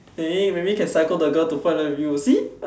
eh maybe can psycho the girl to fall in love with you see